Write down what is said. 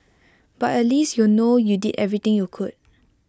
but at least you'll know you did everything you could